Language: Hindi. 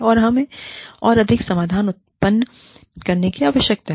और हमें और अधिक समाधान उत्पन्न करने की आवश्यकता है